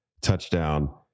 touchdown